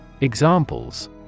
examples